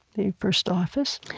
the first office,